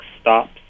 stops